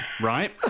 right